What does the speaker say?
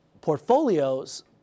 portfolios